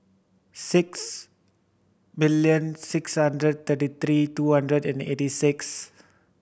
six million six hundred thirty three two hundred and eighty six